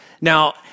Now